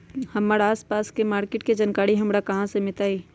हमर आसपास के मार्किट के जानकारी हमरा कहाँ से मिताई?